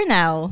now